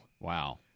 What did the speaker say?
Wow